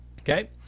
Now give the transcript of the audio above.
okay